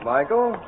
Michael